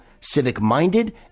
civic-minded